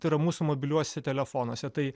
tai yra mūsų mobiliuose telefonuose tai